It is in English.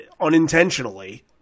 unintentionally